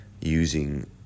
using